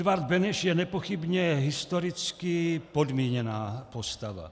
Edvard Beneš je nepochybně historicky podmíněná postava.